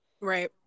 Right